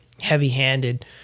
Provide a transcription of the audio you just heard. heavy-handed